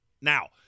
Now